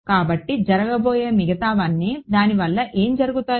కాబట్టి జరగబోయే మిగతావన్నీ దాని వల్ల ఏమి జరుగుతాయి